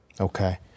Okay